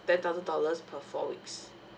ten thousand dollars per four weeks